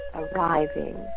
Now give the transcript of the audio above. arriving